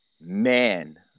man